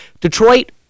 Detroit